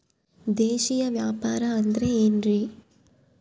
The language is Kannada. ದೇಶೇಯ ವ್ಯಾಪಾರ ಅಂದ್ರೆ ಏನ್ರಿ?